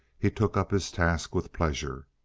he took up his task with pleasure.